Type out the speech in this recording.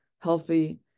healthy